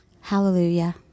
Hallelujah